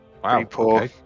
Wow